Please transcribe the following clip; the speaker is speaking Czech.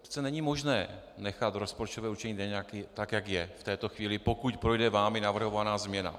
Přece není možné nechat rozpočtové určení daní tak, jak je v této chvíli, pokud projde vámi navrhovaná změna.